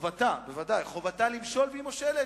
חובתה למשול, והיא מושלת.